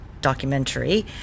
documentary